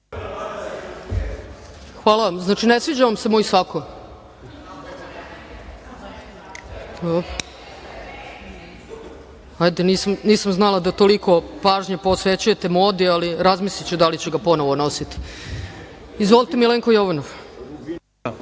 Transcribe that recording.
Hvala vam. Znači, ne sviđa vam se moj sako. Nisam znala da toliko pažnje posvećujete modi, ali razmisliću da li ću ga ponovo nositi. Reč ima Milenko